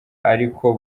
ariko